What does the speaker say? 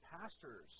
pastors